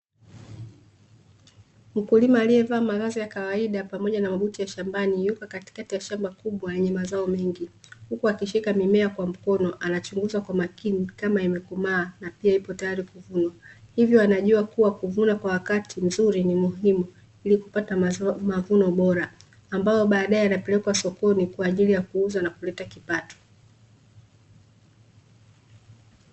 Mkulima alievaa mavazi ya kawaida pamoja na mabuti ya shambani, yupo katikati ya shamba kubwa lenye mazao mengi, huku akishika mimea kwa mkono anachunguza kwa makini kama yamekomaa na pia tayaribkwa kuvunwa; hivyo anajua kuvunwa kwa wakati mzuri ni muhimu, ili kupata mavuno bora ambayo badae yanapelekwa sokoni kwa ajili ya kuuzwa na kupata kipato.